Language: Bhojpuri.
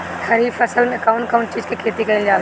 खरीफ फसल मे कउन कउन चीज के खेती कईल जाला?